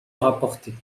rapportés